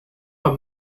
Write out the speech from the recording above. are